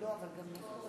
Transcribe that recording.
לא הבנתי,